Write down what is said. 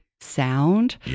sound